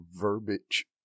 verbiage